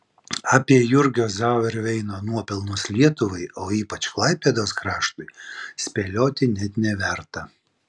apie jurgio zauerveino nuopelnus lietuvai o ypač klaipėdos kraštui spėlioti net neverta